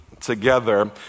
together